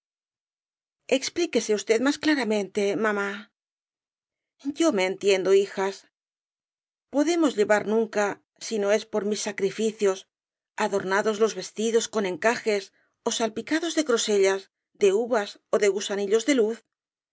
expliqúese usted más claramente mamá yo me entiendo hijas podemos llevar nunca si no es por mis sacrificios adornados los vestidos con encajes ó salpicados de grosellas de uvas ó de gusanillos de luz